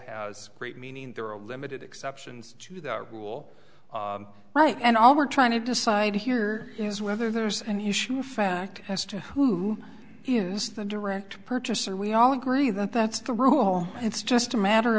has great meaning there are limited exceptions to that rule right and all we're trying to decide here is whether there's an issue of fact as to who is the direct purchaser we all agree that that's the rule it's just a matter